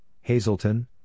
Hazleton